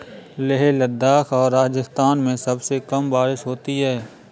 लेह लद्दाख और राजस्थान में सबसे कम बारिश होती है